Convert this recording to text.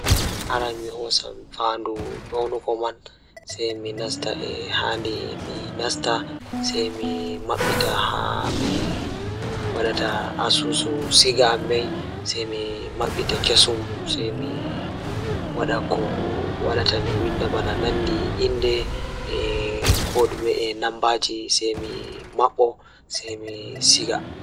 Aran mi hoosan faandu So tawii miɗo waɗa waawde waɗude email ngal, mi waɗataa waawi ngal ngoodi daɗaade internet ngal. Miɗo waawataa hokkude ngal website goɗɗo e hoore email ngal, waawi jogoraade fiyaangu e dow hoore ngal fowru ngal. Miɗo waawataa njiddaade email, waawi waɗde njamaaji ngal e goɗɗo ngal.